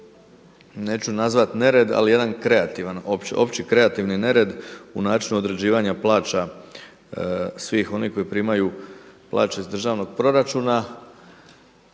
neću nazvati nered ali jedan kreativan, opći kreativan nered u načinu određivanja plaća svih onih koji primaju plaće iz državnog proračuna.